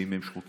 ואם הם שחוקים,